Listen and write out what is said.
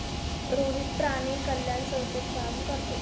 रोहित प्राणी कल्याण संस्थेत काम करतो